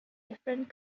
different